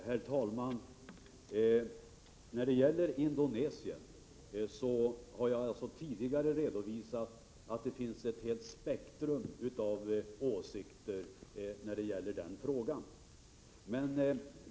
Herr talman! Jag har tidigare redovisat att det finns ett helt spektrum av åsikter när det gäller frågan om Indonesien.